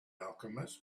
alchemist